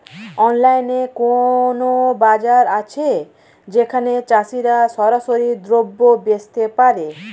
অনলাইনে কোনো বাজার আছে যেখানে চাষিরা সরাসরি দ্রব্য বেচতে পারে?